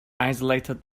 isolated